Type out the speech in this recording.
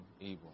evil